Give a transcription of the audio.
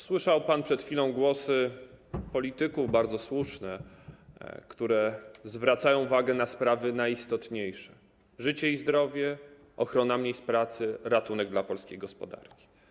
Słyszał pan przed chwilą głosy polityków, bardzo słuszne, które zwracają uwagę na sprawy najistotniejsze: życie i zdrowie, ochronę miejsc pracy, ratunek dla polskiej gospodarki.